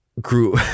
grew